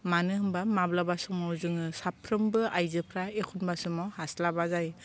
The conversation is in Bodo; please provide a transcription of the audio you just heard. मानो होनब्ला माब्लाबा समाव जोङो साफ्रोमबो आइजोफोरा एखमब्ला समाव हास्लाबा जायो